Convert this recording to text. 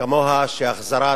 כמוה שהחזרת